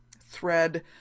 thread